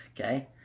okay